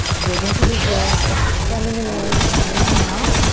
dig into the heels. soft bend in the knees. inhale.